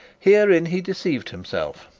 herein he deceived himself,